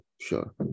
Sure